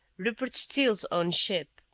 rupert steele's own ship.